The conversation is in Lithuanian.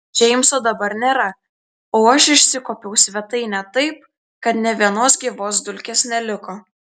džeimso dabar nėra o aš išsikuopiau svetainę taip kad nė vienos gyvos dulkės neliko